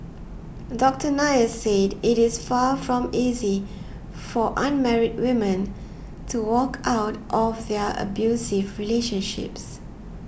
Doctor Nair said it is far from easy for unmarried women to walk out of their abusive relationships